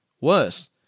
Worse